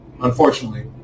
unfortunately